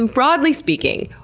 and broadly speaking,